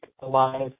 alive